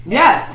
yes